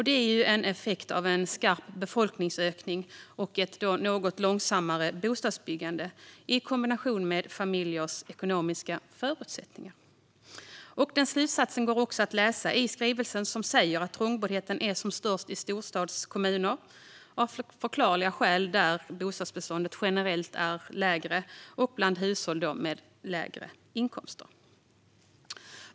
Det är en effekt av en skarp befolkningsökning och ett något långsammare bostadsbyggande i kombination med familjers ekonomiska förutsättningar. Den slutsatsen går också att läsa i skrivelsen, som säger att trångboddheten är som störst i storstadskommuner där bostadsbeståndet generellt är lägre, av förklarliga skäl, och bland hushåll med lägre inkomster.